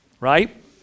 right